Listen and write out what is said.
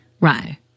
Right